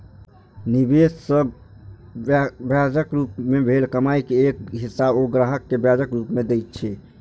निवेश सं ब्याजक रूप मे भेल कमाइ के एक हिस्सा ओ ग्राहक कें ब्याजक रूप मे दए छै